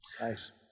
nice